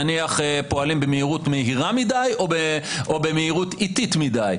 נניח פועלים במהירות מהירה מדי או במהירות איטית מדי,